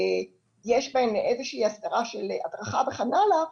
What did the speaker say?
יש בהן איזה הסדרה של הדרכה וכן הלאה,